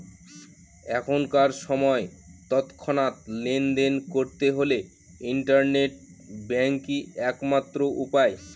এখনকার সময় তৎক্ষণাৎ লেনদেন করতে হলে ইন্টারনেট ব্যাঙ্কই এক মাত্র উপায়